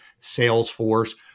Salesforce